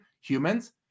Humans